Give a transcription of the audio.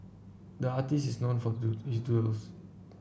the artist is known for is doodles